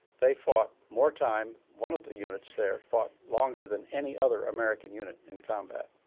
they fought more time, one of the units there fought longer than any other american unit in combat.